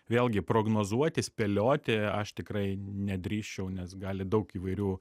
vėlgi prognozuoti spėlioti aš tikrai nedrįsčiau nes gali daug įvairių